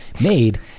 made